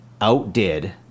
outdid